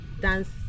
dance